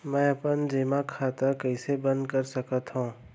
मै अपन जेमा खाता कइसे बन्द कर सकत हओं?